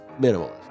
Minimalist